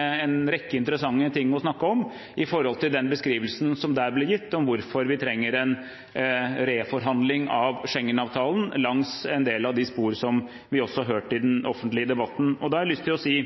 en rekke interessante ting å snakke om når det gjelder den beskrivelsen som der ble gitt om hvorfor vi trenger en reforhandling av Schengen-avtalen langs en del av de spor som vi også har hørt i den offentlige debatten. Da har jeg lyst til å si